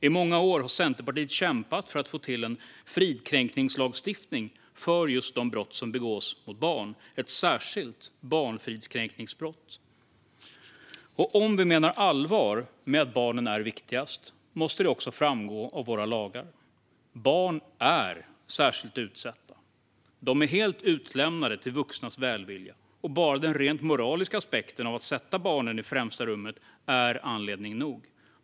I många år har Centerpartiet kämpat för att få till en fridkränkningslagstiftning för just de brott som begås mot barn, ett särskilt barnfridskränkningsbrott. Om vi menar allvar med att barnen är viktigast måste det också framgå av våra lagar. Barn är särskilt utsatta. De är helt utlämnade till vuxnas välvilja. Bara den rent moraliska aspekten av att sätta barnen i främsta rummet är anledning nog.